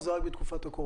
או שזה רק בתקופת הקורונה?